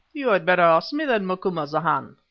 you had better ask me, then, macumazahn,